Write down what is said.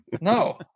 No